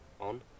on